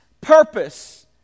purpose